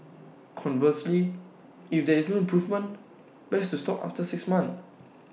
conversely if there is no improvement best to stop after six months